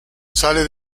sale